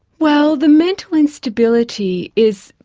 well the mental instability is,